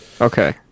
Okay